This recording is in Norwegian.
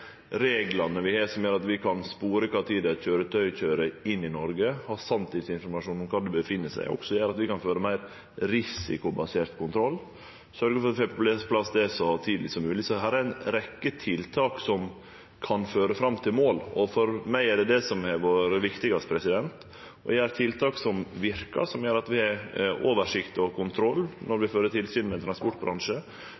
reglane vi har, som gjer at vi kan spore kva tid eit køyretøy køyrer inn i Noreg og ha sanntidsinformasjon om kvar det oppheld seg, også gjer at vi kan føre meir risikobasert kontroll. Det gjeld å sørgje for at vi får på plass det så tidleg som mogleg. Så her er ei rekkje tiltak som kan føre fram til mål. For meg er det dette som har vore det viktigaste: å gjere tiltak som verkar, som gjer at vi har oversikt og kontroll når